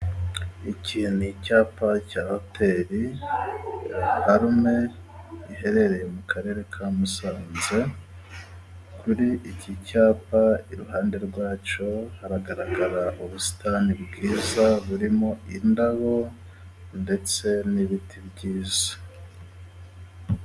Iki ni icyapa cya hoteli ra parume. Iherereye mu karere ka Musanze. Kuri iki cyapa iruhande rwacyo, haragaragara ubusitani bwiza burimo indabo, ndetse n'ibiti byiza.